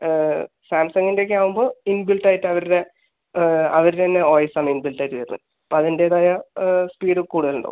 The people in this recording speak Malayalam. സാംസംഗിൻ്റ ഒക്കെ ആവുമ്പോൾ ഇൻബിൽറ്റ് ആയിട്ട് അവരുടെ അവര തന്നെ ഒഎസാണ് ഇൻബിൽറ്റ് ആയിട്ട് വരുന്നത് അപ്പോൾ അതിൻ്റെത് ആയ സ്പീഡ് കൂടുതൽ ഉണ്ടാവും